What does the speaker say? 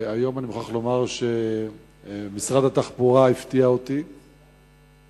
היום אני מוכרח לומר שמשרד התחבורה הפתיע אותי לטובה.